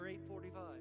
8.45